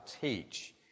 teach